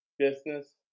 Business